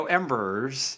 Embers